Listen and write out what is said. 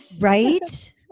right